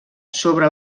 sobre